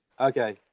Okay